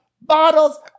bottles